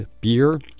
beer